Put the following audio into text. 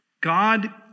God